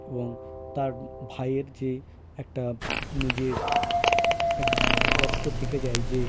এবং তার ভাইয়ের যে একটা নিজের এক কষ্ট থেকে যায় যে